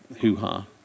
hoo-ha